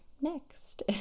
next